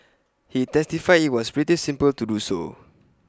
he testified IT was pretty simple to do so